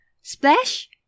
Splash